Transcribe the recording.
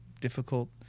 Difficult